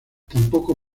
tampoco